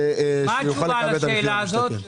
מה התשובה לשאלה הזאת?